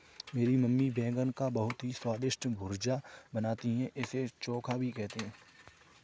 मेरी मम्मी बैगन का बहुत ही स्वादिष्ट भुर्ता बनाती है इसे चोखा भी कहते हैं